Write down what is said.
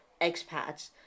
expats